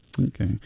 Okay